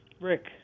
Rick